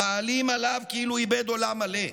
מעלים עליו כאילו איבד עולם מלא,